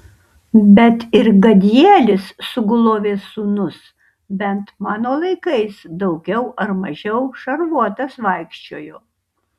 bet ir gadielis sugulovės sūnus bent mano laikais daugiau ar mažiau šarvuotas vaikščiojo